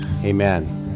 Amen